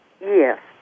Yes